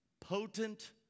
potent